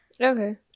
Okay